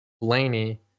Blaney